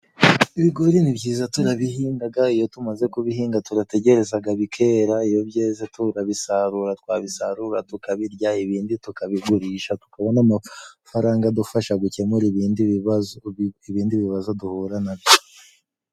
Ibigori ni byiza turabihingaga iyo tumaze kubihinga turategerezaga bikera, iyo byeze turabisarura twabisarura tukabirya, ibindi tukabigurisha tukabona amafaranga adufasha gukemura ibindi bibazo, ibindi bibazo duhura nabyo.